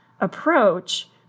approach